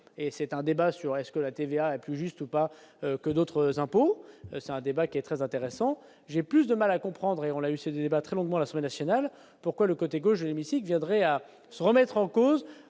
c'est un débat sur est-ce que la TVA est plus juste ou pas que d'autres impôts, c'est un débat qui est très intéressant, j'ai plus de mal à comprendre et on l'a eu ce débat très longuement la semaine nationale, pourquoi le côté gauche j'ai viendrait à se remettre en cause